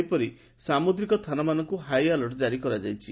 ସେହିପରି ସାମୁଦ୍ରିକ ଥାନାମାନଙ୍କୁ ହାଇଆଲର୍ଚ ଜାରି କରାଯାଇଛି